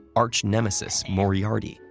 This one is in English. arch-nemesis moriarty,